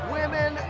Women